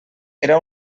era